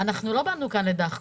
אנחנו לא באנו כאן לדאחקות.